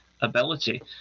ability